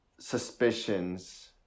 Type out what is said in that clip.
suspicions